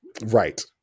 Right